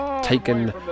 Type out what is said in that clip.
taken